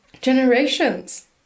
generations